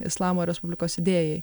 islamo respublikos idėjai